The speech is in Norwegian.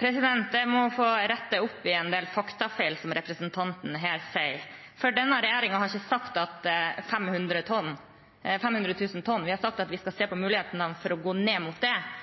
Jeg må få rette opp i en del faktafeil som representanten her kom med. Denne regjeringen har ikke sagt 500 tonn. Vi har sagt at vi skal se på muligheten for å gå ned mot det